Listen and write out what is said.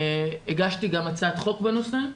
והגשתי גם הצעת חוק בנושא.